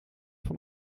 van